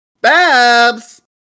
Babs